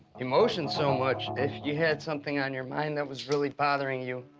emotion so much, if you had something on your mind that was really bothering you,